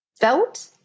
Felt